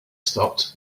stopped